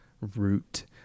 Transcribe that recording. root